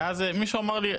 -- אז מישהו אמר לי,